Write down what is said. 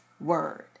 word